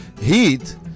heat